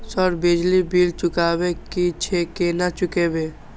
Sir बिजली bill चुकाबे की छे केना चुकेबे?